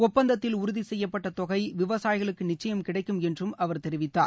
ஒப்பந்தத்தில் உறுதி செய்யப்பட்ட தொகை விவசாயிகளுக்கு நிச்சயம் கிடைக்கும் என்றும் அவர் தெரிவித்தார்